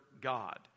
God